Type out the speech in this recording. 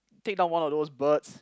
take down one of those birds